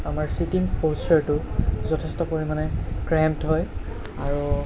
আমাৰ চিটিং প'চ্চাৰটো যথেষ্ট পৰিমাণে ক্ৰেম্পড হয় আৰু